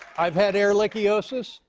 i've had ehrlichiosis.